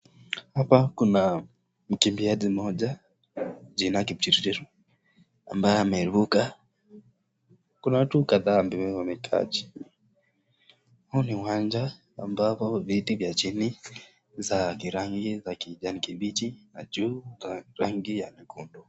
Hapa kuna mkimbiaji mmoja kwa jina Kipchirchir ambaye ameruka. Kuna watu kadhaa wameketi chini. Huu ni uwanja ambao viti vya chini ni vya rangi ya kijani kimbichi na vya juu ni vya rangi nyekundu.